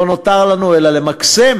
לא נותר לנו אלא למקסם